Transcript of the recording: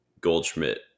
Goldschmidt